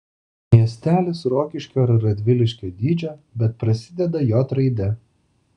miestelis rokiškio ar radviliškio dydžio bet prasideda j raide